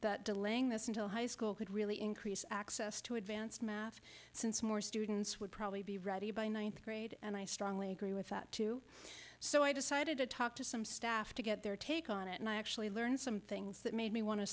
that delaying this until high school could really increase access to advanced math since more students would probably be ready by ninth grade and i strongly agree with that too so i decided to talk to some staff to get their take on it and i actually learned some things that made me want to